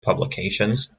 publications